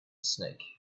snake